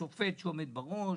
יש שופט שעומד בראש,